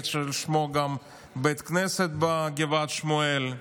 יש על שמו גם בית כנסת בגבעת שמואל.